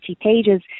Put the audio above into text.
pages